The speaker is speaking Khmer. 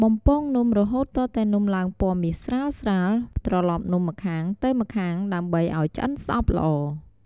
បំពងនំរហូតទាល់តែនំឡើងពណ៌មាសស្រាលៗ ត្រឡប់នំម្ខាងទៅម្ខាងដើម្បីឱ្យឆ្អិនសព្វល្អ។